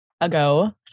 ago